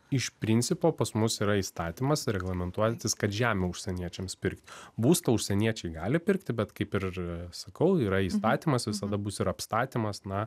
iš principo pas mus yra įstatymas reglamentuojantis kad žemę užsieniečiams pirkt būstą užsieniečiai gali pirkti bet kaip ir sakau yra įstatymas visada bus ir apstatymas na